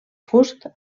fust